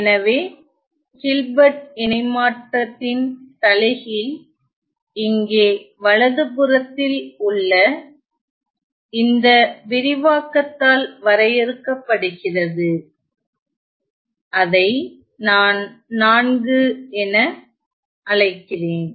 எனவே ஹில்பர்ட் இணைமாற்றத்தின் தலைகீழ் இங்கே வலதுபுறத்தில் உள்ள இந்த விரிவாக்கத்தால் வரையறுக்கப்படுகிறது அதை நான் என அழைக்கிறேன்